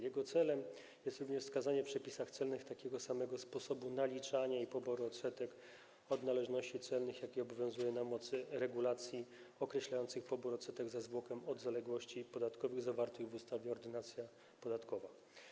Jego celem jest również wskazanie w przepisach celnych takiego samego sposobu naliczania i poboru odsetek od należności celnych, jaki obowiązuje na mocy regulacji określających pobór odsetek za zwłokę od zaległości podatkowych, zawartych w ustawie Ordynacja podatkowa.